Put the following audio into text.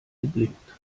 geblinkt